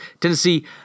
Tennessee